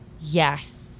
Yes